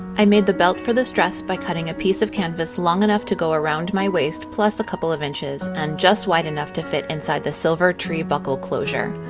i made the belt for this dress by cutting a piece of canvas long enough to go around my waist plus a couple of inches, and just wide enough to fit inside the silver tree buckle closure.